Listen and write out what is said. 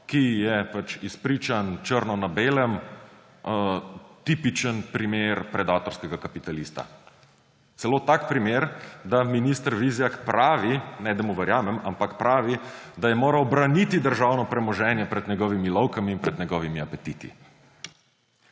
ki je pač – izpričan črno na belem – tipičen primer predatorskega kapitalista. Celo tak primer, da minister Vizjak pravi, ne da mu verjamem, ampak pravi, da je moral braniti državno premoženje pred njegovimi lovkami in pred njegovimi apetiti.